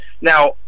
Now